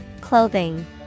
Clothing